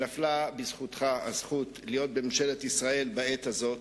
נפלה בידך הזכות להיות בממשלת ישראל בעת הזאת.